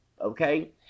Okay